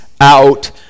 out